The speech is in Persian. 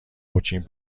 موچین